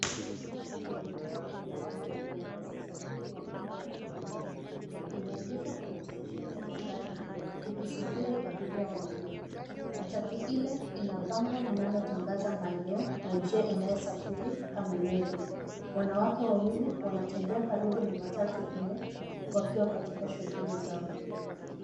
Matatu ikiwa mojawapo ya aina za usafiri wa umma nchini Kenya, imeegeshwa kwenye stesheni ya magari ikisubiri abiria waingie. Matatu ile ina bango linalotangaza maeneo na njia inayosafiri kama Nyeri. Wanawake wawili wanatembea karibu na matatu ile wakiwa katika shughuli zao.